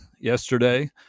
yesterday